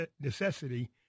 necessity